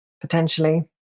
potentially